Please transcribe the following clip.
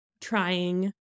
trying